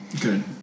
Good